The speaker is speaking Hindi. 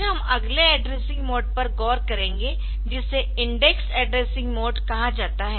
फिर हम अगले एड्रेसिंग मोड पर गौर करेंगे जिसे इंडेक्स्ड एड्रेसिंग मोड कहा जाता है